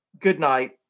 Goodnight